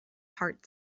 heart